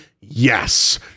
yes